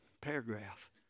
paragraph